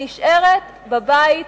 היא נשארת בבית,